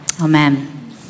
Amen